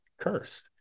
Curse